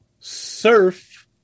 surf